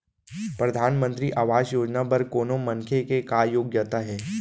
परधानमंतरी आवास योजना बर कोनो मनखे के का योग्यता हे?